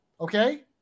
Okay